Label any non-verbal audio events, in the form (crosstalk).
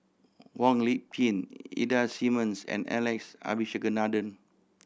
Wong Lip (unintelligible) Ida Simmons and Alex Abisheganaden